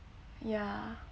ya